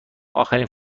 آخرین